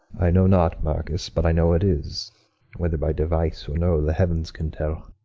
i know not, marcus, but i know it is whether by device or no, the heavens can tell.